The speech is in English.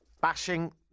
bashing